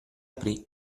aprí